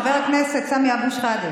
במודל שלנו, חבר הכנסת סמי אבו שחאדה,